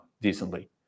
decently